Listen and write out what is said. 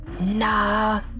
Nah